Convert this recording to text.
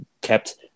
kept